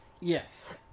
Yes